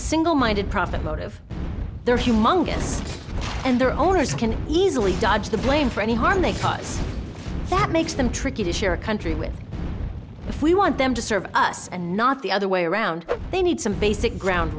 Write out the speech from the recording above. single minded profit motive their humongous and their owners can easily dodge the blame for any harm they cause that makes them tricky to share a country with if we want them to serve us and not the other way around they need some basic ground